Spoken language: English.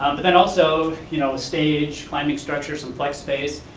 um but then also, you know a stage, climbing structures, some flex space,